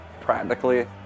practically